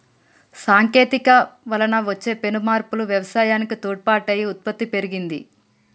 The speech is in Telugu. సాంకేతికత వలన వచ్చే పెను మార్పులు వ్యవసాయానికి తోడ్పాటు అయి ఉత్పత్తి పెరిగింది